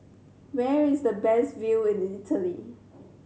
where is the best view in Italy